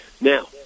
Now